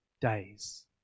days